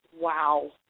Wow